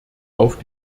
auf